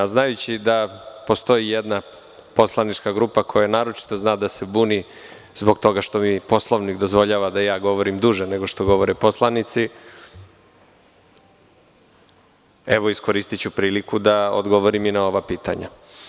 Znajući da postoji jedna poslanička grupa koja naročito zna da se buni zbog toga što mi Poslovnik dozvoljava da govorim duže nego što govore poslanici, evo iskoristiću priliku da odgovorim i na ova pitanja.